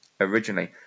originally